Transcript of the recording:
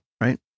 right